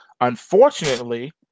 unfortunately